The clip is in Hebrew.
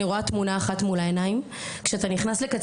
אני רואה לנגד עיניי תמונה אחת: של פרה מצוירת,